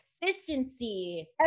efficiency